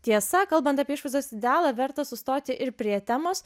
tiesa kalbant apie išvaizdos idealą verta sustoti ir prie temos